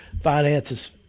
finances